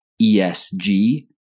ESG